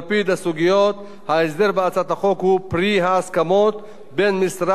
ההסכמות בין משרד האוצר לבין מרכז השלטון המקומי,